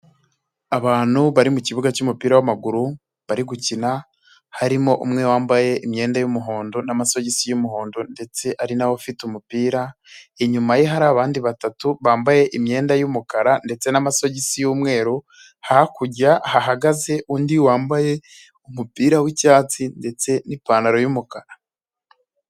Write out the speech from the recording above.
Abantu bari mu kibuga cy'umupira w'amaguru bari gukina, harimo umwe wambaye imyenda y'umuhondo n'amasogisi y'umuhondo ndetse ari na we ufite umupira, inyuma ye hari abandi batatu bambaye imyenda y'umukara ndetse n'amasogisi y'umweru, hakurya hahagaze undi wambaye umupira w'icyatsi ndetse n'ipantaro y'umukara.